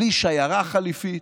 בלי שיירה חליפית,